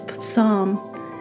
Psalm